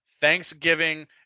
Thanksgiving